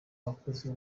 abakozi